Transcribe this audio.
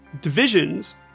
divisions